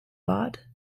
bought